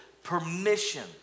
permission